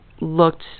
looked